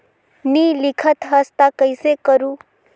नी लिखत हस ता कइसे करू?